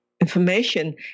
information